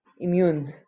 immune